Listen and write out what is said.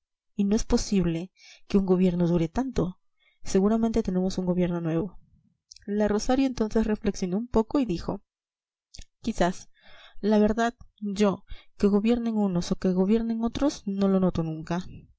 y no es posible que un gobierno dure tanto seguramente tenemos un gobierno nuevo la rosario entonces reflexionó un poco y dijo quizás la verdad yo que gobiernen unos o que gobiernen otros no lo noto nunca